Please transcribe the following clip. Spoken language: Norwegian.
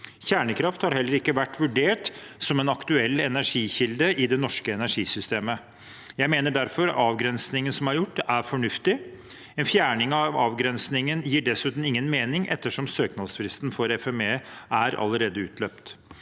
Kjernekraft har heller ikke vært vurdert som en aktuell energikilde i det norske energisystemet. Jeg mener derfor avgrensningen som er gjort, er fornuftig. En fjerning av avgrensningen gir dessuten ingen mening ettersom søknadsfristen for FME allerede er utløpt.